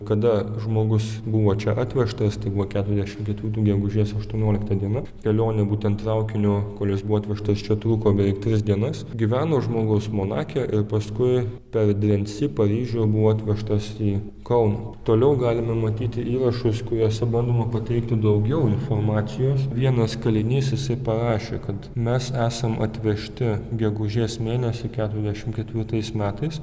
kada žmogus buvo čia atvežtas tai buvo keturiasdešimt ketvirtų gegužės aštuoniolikta diena kelionė būtent traukiniu kuris buvo atvežtas čia trūko beveik tris dienas gyveno žmogus monake ir paskui per drensi paryžių buvo atvežtas į kauną toliau galime matyti įrašus kuriuose bandoma pateikti daugiau informacijos vienas kalinys jisai parašė kad mes esam atvežti gegužės mėnesį keturiasdešimt ketvirtais metais